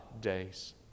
days